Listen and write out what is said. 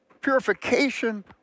purification